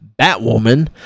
Batwoman